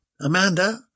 Amanda